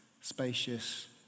spacious